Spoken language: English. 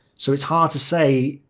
so it's hard to say,